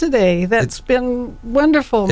today that's been wonderful